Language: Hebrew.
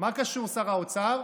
מה קשור שר האוצר?